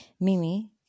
Mimi